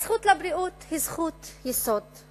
הזכות לבריאות היא זכות יסוד.